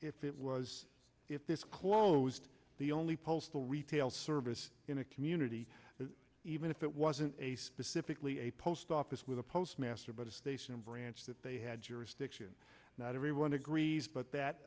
if it was if this closed the only postal retail service in the community even if it wasn't a specifically a post office with a postmaster but a station branch that they had jurisdiction not everyone agrees but that